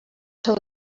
seu